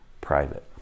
private